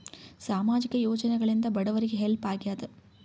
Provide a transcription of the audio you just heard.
ಸಾಮಾಜಿಕ ಯೋಜನೆಗಳಿಂದ ಬಡವರಿಗೆ ಹೆಲ್ಪ್ ಆಗ್ಯಾದ?